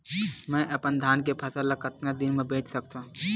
मैं अपन धान के फसल ल कतका दिन म बेच सकथो?